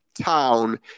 town